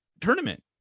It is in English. tournament